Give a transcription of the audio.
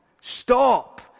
stop